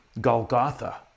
Golgotha